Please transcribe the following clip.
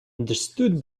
understood